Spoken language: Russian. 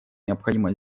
необходимо